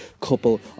couple